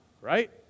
right